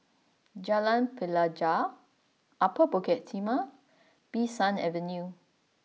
Jalan Pelajau Upper Bukit Timah Bee San Avenue